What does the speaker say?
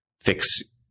fix